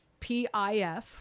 PIF